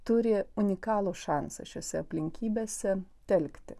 turi unikalų šansą šiose aplinkybėse telkti